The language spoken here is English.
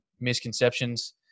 misconceptions